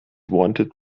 wanted